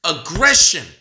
aggression